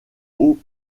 haut